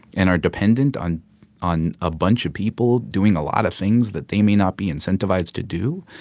and are dependent on on a bunch of people doing a lot of things that they may not be incentivized to do.